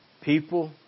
people